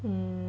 mm